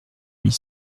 huit